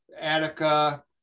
Attica